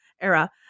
era